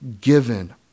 given